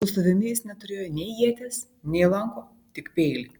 su savimi jis neturėjo nei ieties nei lanko tik peilį